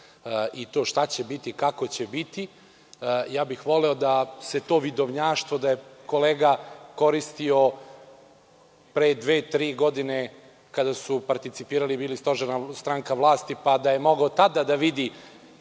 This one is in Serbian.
i to šta će biti, kako će biti. Voleo bih da se je to vidovnjaštvo kolega koristio pre dve-tri godine kada su participirali i bili stožerna stranka vlasti, pa da je mogao tada da vidi